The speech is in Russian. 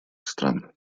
стран